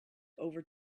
over